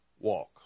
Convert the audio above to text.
walk